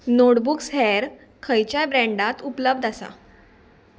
notebooks हेर खंयच्याय ब्रँडांत उपलब्ध आसा